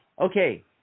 Okay